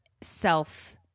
self